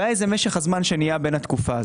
הבעיה היא משך הזמן בין הקנייה למכירה.